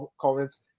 comments